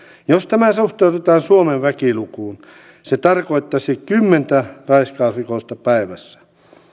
jos tämä suhteutetaan suomen väkilukuun se tarkoittaisi kymmentä raiskausrikosta päivässä